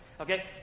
Okay